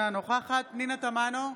אינה נוכחת פנינה תמנו,